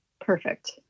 perfect